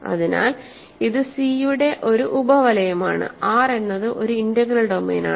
അതിനാൽ ഇത് സി യുടെ ഒരു ഉപ വലയമാണ് R എന്നത് ഒരു ഇന്റഗ്രൽ ഡൊമെയ്നാണ്